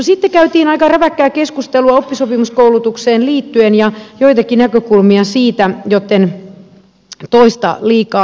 sitten käytiin aika räväkkää keskustelua oppisopimuskoulutukseen liittyen ja joitakin näkökulmia siitä jotta en toista liikaa itseäni